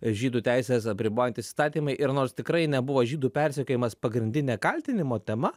žydų teises apribojantys įstatymai ir nors tikrai nebuvo žydų persekiojimas pagrindinė kaltinimo tema